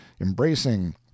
embracing